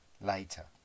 later